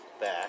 back